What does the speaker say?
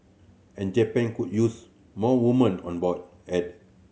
and Japan could use more women on board added